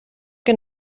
que